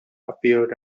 appeared